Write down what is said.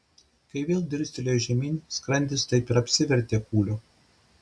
kai vėl dirstelėjo žemyn skrandis taip ir apsivertė kūlio